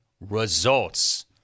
Results